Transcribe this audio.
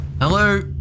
Hello